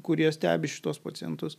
kurie stebi šituos pacientus